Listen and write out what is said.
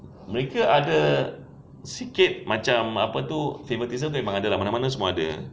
mereka ada sikit macam apa tu favouritism memang dekat mana-mana semua ada